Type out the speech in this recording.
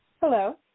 Hello